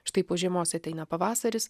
štai po žiemos ateina pavasaris